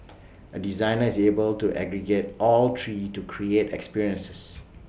A designer is able to aggregate all three to create experiences